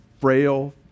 frail